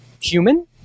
human